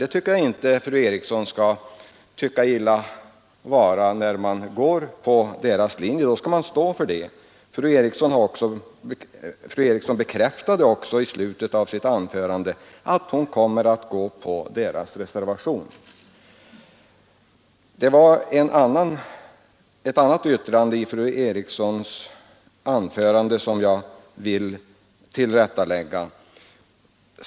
Jag tycker inte att fru Eriksson skall tycka illa vara när jag påpekar att hon nu går på deras linje. Då skall man stå för det. Fru Eriksson bekräftade också i slutet av sitt anförande att hon kommer att gå på deras reservation. Jag vill också tillrättalägga ett annat yttrande av fru Eriksson i Stockholm.